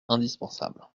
indispensable